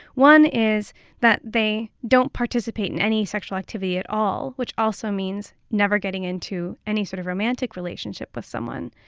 one is that they don't participate in any sexual activity at all, which also means never getting into any sort of romantic relationship with someone.